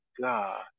God